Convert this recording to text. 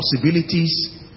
possibilities